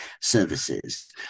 services